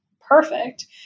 perfect